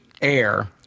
air